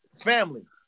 family